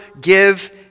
give